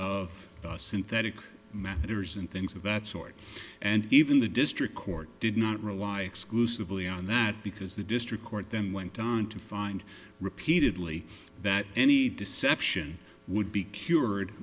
of synthetic matters and things of that sort and even the district court did not rely exclusively on that because the district court then went on to find repeatedly that any deception would be cured